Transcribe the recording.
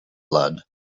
blood